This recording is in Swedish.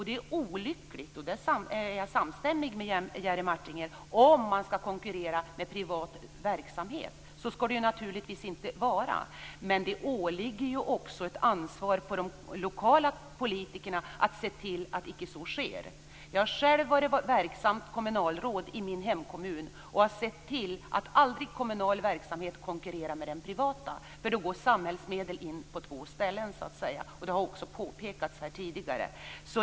Det är olyckligt - där är jag samstämmig med Jerry Martinger - om man skall konkurrera med privat verksamhet. Så skall det naturligtvis inte vara. Men det åligger också ett ansvar på de lokala politikerna att se till att icke så sker. Jag har själv varit verksamt kommunalråd i min hemkommun och sett till att aldrig kommunal verksamhet konkurrerar med den privata, för då går samhällsmedel in på två ställen. Det har också påpekats här tidigare.